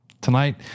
tonight